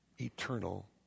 eternal